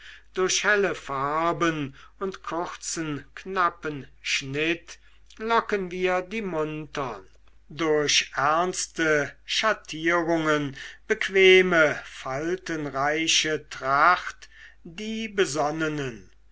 durch helle farben und kurzen knappen schnitt locken wir die muntern durch ernste schattierungen bequeme faltenreiche tracht die besonnenen